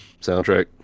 soundtrack